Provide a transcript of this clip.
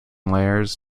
layers